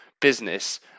business